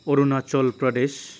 Arunachal Pradesh